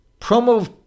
Promo